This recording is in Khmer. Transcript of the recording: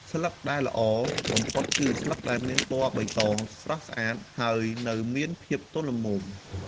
ស្លឹកដែលល្អបំផុតគឺស្លឹកដែលមានពណ៌បៃតងស្រស់ស្អាត ហើយនៅមានភាពទន់ល្មម។